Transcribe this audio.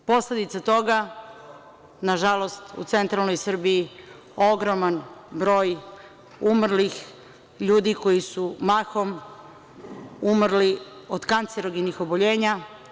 Posledica toga, nažalost, u centralnoj Srbiji ogroman broj umrlih ljudi koji su mahom umrli od kancerogenih oboljenja.